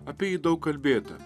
apie jį daug kalbėta